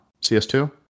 CS2